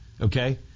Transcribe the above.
Okay